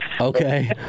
Okay